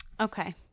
Okay